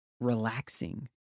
relaxing